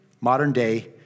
Modern-day